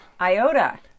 Iota